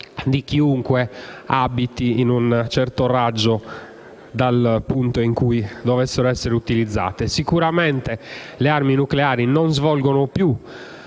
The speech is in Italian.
di chiunque abiti entro un certo raggio dal punto in cui dovessero essere utilizzate. Sicuramente le armi nucleari non svolgono più,